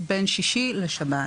בין שישי לשבת